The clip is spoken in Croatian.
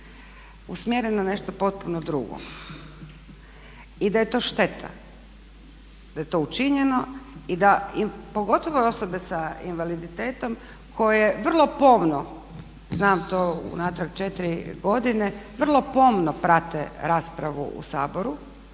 usmjeren na nešto potpuno drugo i da je to šteta da je to učinjeno i da, pogotovo i osobe sa invaliditetom koje vrlo pomno, znam to to unatrag četiri godine, vrlo pomno prate raspravu u Saboru